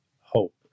hope